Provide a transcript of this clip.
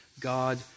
God